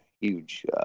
huge